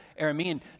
Aramean